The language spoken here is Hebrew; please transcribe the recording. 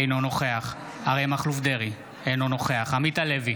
אינו נוכח אריה מכלוף דרעי, אינו נוכח עמית הלוי,